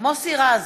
מוסי רז,